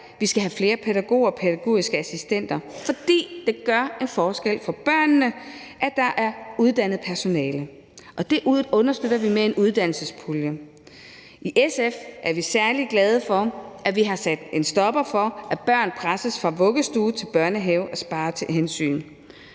Vi skal have flere pædagoger og pædagogiske assistenter, fordi det gør en forskel for børnene, at der er uddannet personale. Det understøtter vi med en uddannelsespulje. I SF er vi særlig glade for, at vi har sat en stopper for, at børn presses fra vuggestue til børnehave af sparehensyn.